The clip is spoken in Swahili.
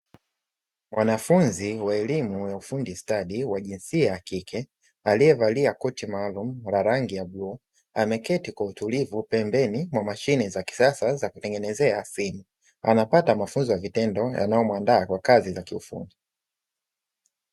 Mwanafunzi wa elimu ya ufundi stadi wa jinsia ya kike, aliyevalia koti maalumu la rangi ya bluu, ameketi kwa utulivu pembeni mwa mashine za kisasa za kutengenezea simu. Anapata mafunzo ya vitendo yanayomuandaa kwa kazi ya kiufundi.